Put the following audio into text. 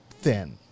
thin